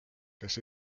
kes